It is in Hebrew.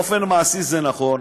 באופן מעשי זה נכון,